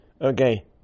Okay